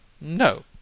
no